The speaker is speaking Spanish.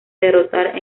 derrotar